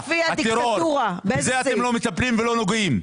הטרור בזה אתם לא מטפלים ולא נוגעים.